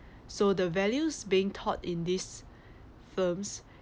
so the values being taught in these firms